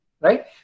Right